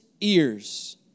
ears